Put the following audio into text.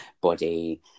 body